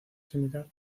similar